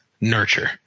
nurture